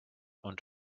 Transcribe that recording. und